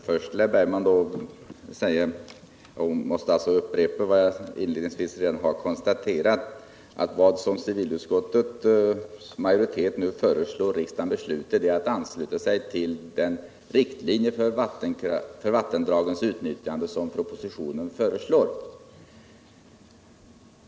Herr talman! Jag måste upprepa vad jag sagt förut: Vad civilutskottets majoritet nu föreslår riksdagen besluta är att den skall ansluta sig till de riktlinjer för vattendragens utnyttjande som propositionen förordar.